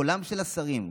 קולם של השרים,